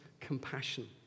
compassion